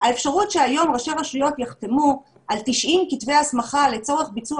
האפשרות שהיום ראשי הרשויות יחתמו על 90 כתבי הסמכה לצורך ביצוע